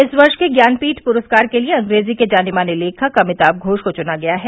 इस वर्ष के ज्ञानपीठ पुरस्कार के लिए अंग्रेजी के जाने माने लेखक अमिताभ घोष को चुना गया है